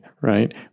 right